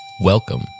Welcome